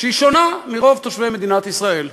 שהיא שונה מרוב תושבי מדינת ישראל,